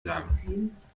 sagen